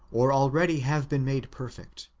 or already have been made perfect.